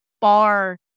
bar